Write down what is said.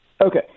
Okay